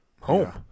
home